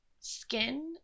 Skin